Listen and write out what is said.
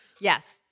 Yes